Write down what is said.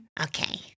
Okay